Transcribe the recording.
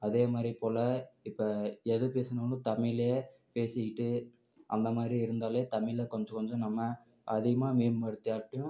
அதேமாதிரி போல் இப்போ எது பேசுனாலும் தமிழே பேசிக்கிட்டு அந்தமாதிரி இருந்தாலே தமிழை கொஞ்சம் கொஞ்சம் நம்ம அதிகமாக மேம்படுத்தியாட்டயும்